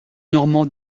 normand